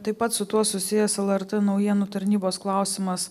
taip pat su tuo susijęs lrt naujienų tarnybos klausimas